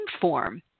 form